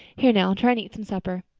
here now, try and eat some supper.